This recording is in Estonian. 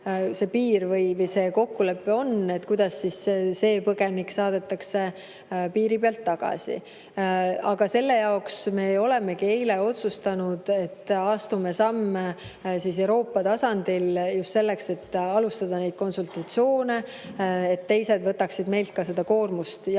see piir või kokkulepe on, siis kuidas see põgenik saadetakse piiri pealt tagasi. Aga selle jaoks me eile otsustasimegi, et astume samme Euroopa tasandil just selleks, et alustada konsultatsioone, et teised võtaksid meilt seda koormust jagada,